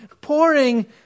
pouring